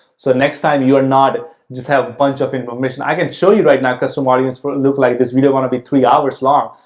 so, next time, you are not just have a bunch of information. i can show you right now custom audiences lookalike, this video want to be three hours long,